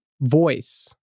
Voice